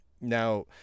Now